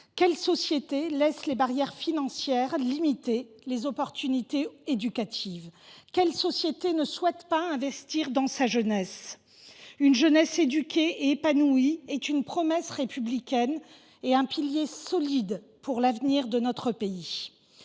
qu’une société qui laisse les barrières financières limiter les opportunités éducatives ? Qu’est ce qu’une société qui ne souhaite pas investir dans sa jeunesse ? Une jeunesse éduquée et épanouie est une promesse républicaine et un pilier solide pour l’avenir de notre pays.